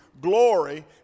glory